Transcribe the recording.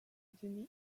donner